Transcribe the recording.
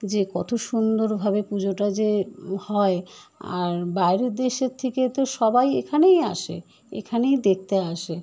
যে কত সুন্দরভাবে পুজোটা যে হয় আর বাইরের দেশের থেকে তো সবাই এখানেই আসে এখানেই দেখতে আসে